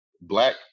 black